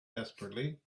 desperately